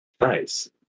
Nice